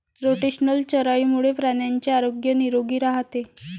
rotational चराईमुळे प्राण्यांचे आरोग्य निरोगी राहते